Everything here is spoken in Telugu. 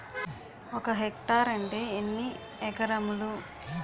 ఒక హెక్టార్ అంటే ఎన్ని ఏకరములు?